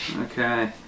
Okay